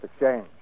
exchange